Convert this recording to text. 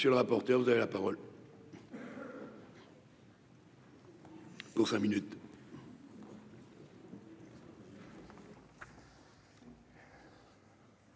Monsieur le rapporteur, vous avez la parole. Pour cinq minutes.